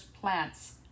plants